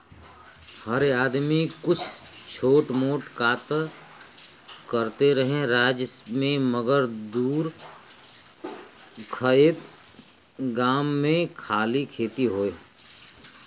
हर आदमी कुछ छोट मोट कां त करते रहे राज्य मे मगर दूर खएत गाम मे खाली खेती होए